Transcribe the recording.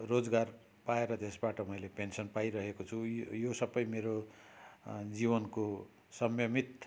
रोजगार पाएर त्यसबाट मैले पेन्सन पाइरहेको छु यो सबै मेरो जीवनको संयमित